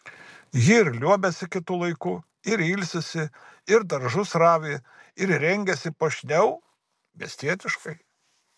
ji ir liuobiasi kitu laiku ir ilsisi ir daržus ravi ir rengiasi puošniau miestietiškai